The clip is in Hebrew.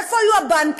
איפה היו הבנקים?